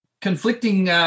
conflicting